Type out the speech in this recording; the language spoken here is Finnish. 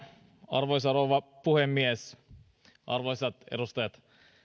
arvoisa rouva puhemies arvoisat edustajat